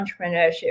entrepreneurship